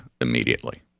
immediately